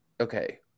okay